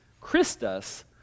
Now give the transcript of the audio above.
Christus